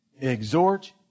Exhort